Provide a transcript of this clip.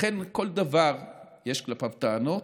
לכן, כלפי כל דבר יש טענות,